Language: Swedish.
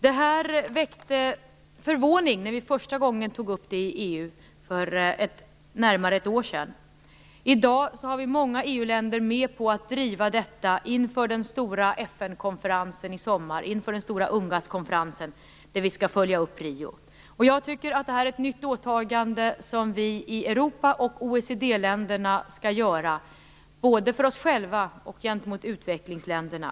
Det här väckte förvåning när vi första gången tog upp det i EU för närmare ett år sedan. I dag har vi många EU-länder med på att driva detta inför den stora FN-konferensen i sommar, den stora UNGAS konferensen, där vi skall följa upp Rio-konferensen. Jag tycker att det här är ett nytt åtagande som vi i Europa och OECD-länderna skall göra, både för oss själva och för utvecklingsländerna.